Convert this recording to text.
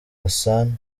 hassan